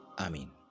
Amen